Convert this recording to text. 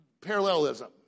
parallelism